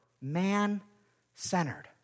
man-centered